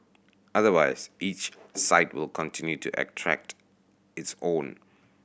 otherwise each site will continue to attract its own